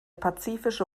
pazifische